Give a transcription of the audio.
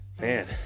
man